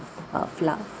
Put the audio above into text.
uh flo~